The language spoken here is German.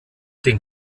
den